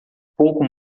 pouco